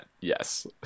yes